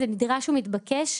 זה מתבקש.